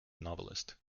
novelist